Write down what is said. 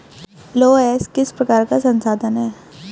लौह अयस्क किस प्रकार का संसाधन है?